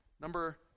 Number